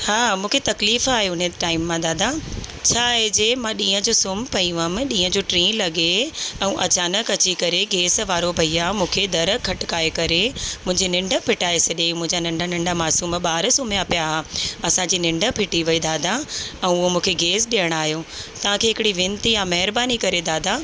हा मूंखे तकलीफ़ु आहे उने टाइम मां दादा छा आहे जंहिं मां ॾींहं जो सुम्ह पई हुअमि टी लॻे ऐं अचानक अची करे गैस वारो भईया मूंखे दरु खटकाए करे मुंहिंजी निंड फिटाए छॾियईं मुंहिंजा नंढा नंढा मासूम ॿार सुम्हिया पिया असांजी निंड फिटी वई दादा ऐं उहे मूंखे गैस ॾियणु आहियो तव्हांखे हिकिड़ी वेनती आहे महिरबानी करे दादा